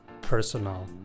personal